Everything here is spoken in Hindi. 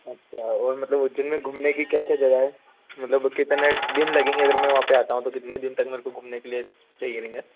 अच्छा और मतलब उज्जैन में घूमने की क्या क्या जगह हैं मतलब कितने दिन लगेंगे अगर मैं वहाँ पे आता हूँ तो कितने दिन तक मेरेको घूमने के लिए चहिए रहेंगे